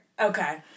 Okay